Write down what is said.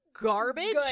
garbage